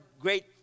great